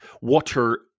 water